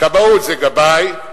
כבאות זה גבאי,